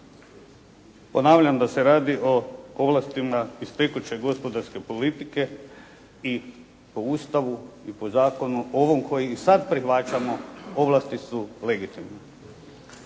Ponavljam da se radi o ovlastima iz tekuće gospodarske politike i po Ustavu i po zakonu ovom koji i sad prihvaćamo ovlasti su legitimne.